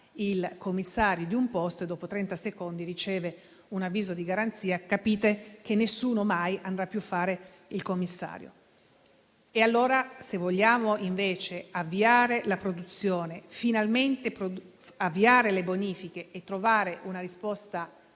il commissario di un posto e dopo trenta secondi riceve un avviso di garanzia. Capite che nessuno mai andrà più a fare il commissario. Se invece vogliamo avviare la produzione e, finalmente, le bonifiche e trovare una risposta